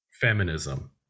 feminism